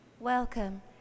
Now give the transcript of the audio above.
Welcome